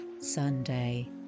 Sunday